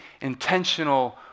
intentional